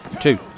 two